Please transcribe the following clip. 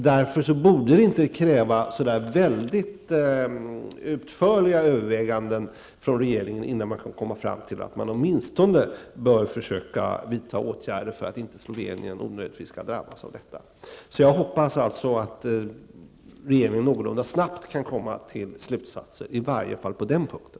Därför borde det inte kräva så utförliga överväganden från regeringen innan man kan komma fram till att man åtminstone bör försöka vidta åtgärder för att Slovenien inte onödigtvis skall drabbas. Jag hoppas alltså att regeringen någorlunda snabbt kan komma till slutsatser, i varje fall på den punkten.